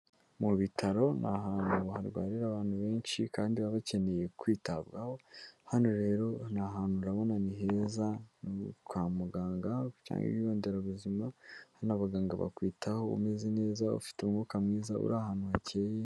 Mu bitaro ni ahantu harwanirira abantu benshi kandi baba bakeneye kwitabwaho, hano rero ni ahantu urabona ni heza kwa muganga cyangwa ibigo nderabuzima, abaganga bakwitaho umeze neza ufite umwuka mwiza uri ahantu hakeye.